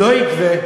לא יגבה,